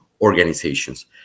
organizations